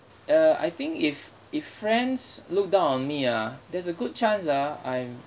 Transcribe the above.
uh I think if if friends look down on me ah there's a good chance ah I'm